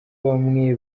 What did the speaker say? bamwe